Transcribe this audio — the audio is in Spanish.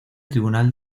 tribunal